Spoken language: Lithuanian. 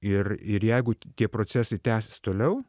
ir ir jeigu tie procesai tęsis toliau